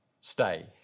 stay